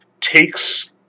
takes